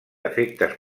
efectes